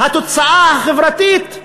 התוצאה החברתית,